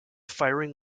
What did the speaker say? firing